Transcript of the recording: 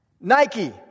Nike